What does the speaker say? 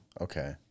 Okay